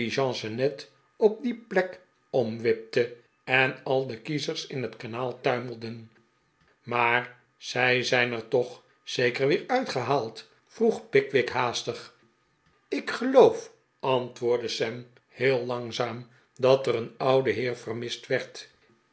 diligence net op die plek omwipte en al de kiezers in het kanaal tuimelden maar zij zijn er toch zeker weer uitgehaald vroeg pickwick haastig ik geloof antwoordde sam heel langzaam dat er een oude heer vermist werd